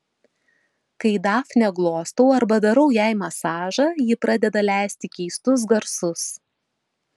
kai dafnę glostau arba darau jai masažą ji pradeda leisti keistus garsus